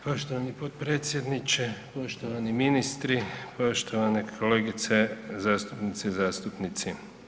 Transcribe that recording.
Poštovani potpredsjedniče, poštovani ministri, poštovane kolegice zastupnice i zastupnici.